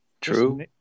True